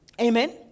Amen